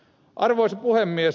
arvoisa puhemies